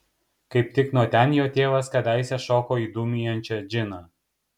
kaip tik nuo ten jo tėvas kadaise šoko į dūmijančią džiną